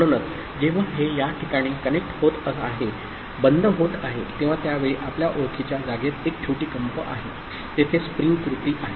म्हणूनच जेव्हा हे या ठिकाणी कनेक्ट होत आहे बंद होत आहे तेव्हा त्या वेळी आपल्या ओळखीच्या जागेत एक छोटी कंप आहे तेथे स्प्रिंग कृती आहे